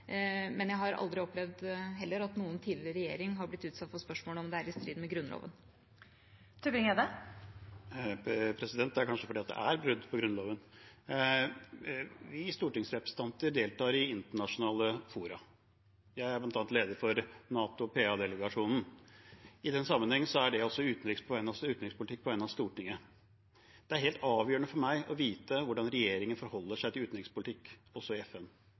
Men jeg har heller aldri opplevd at noen tidligere regjering har blitt utsatt for spørsmål om hvorvidt det er i strid med Grunnloven. Christian Tybring-Gjedde – til oppfølgingsspørsmål. Det er kanskje fordi det er brudd på Grunnloven. Vi stortingsrepresentanter deltar i internasjonale fora. Jeg er bl.a. leder for NATO PA-delegasjonen. I den sammenheng er det også utenrikspolitikk på vegne av Stortinget. Det er helt avgjørende for meg å vite hvordan regjeringen forholder seg til utenrikspolitikk også i FN,